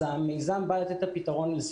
המיזם בא לתת לזה פתרון.